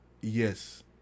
yes